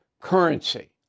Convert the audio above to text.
currency